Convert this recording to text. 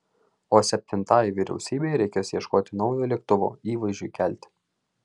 o septintajai vyriausybei reikės ieškoti naujo lėktuvo įvaizdžiui kelti